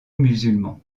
musulman